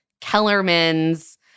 Kellerman's